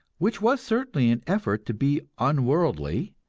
which was certainly an effort to be unworldly,